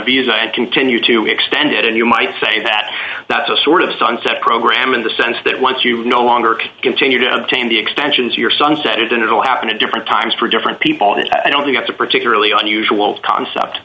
visa and continue to extend it and you might say that that's a sort of sunset program in the sense that once you no longer can continue to obtain the extensions you're sunset it then it will happen at different times for different people and i don't think it's a particularly unusual concept